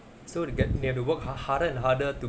so they get they have to work hard harder and harder to